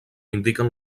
indiquen